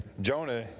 Jonah